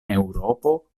eŭropo